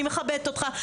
אני מכבדת אותך.